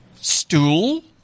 stool